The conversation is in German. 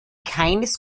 keines